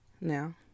Now